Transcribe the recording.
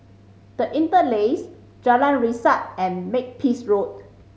The Interlace Jalan Resak and Makepeace Road